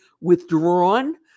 withdrawn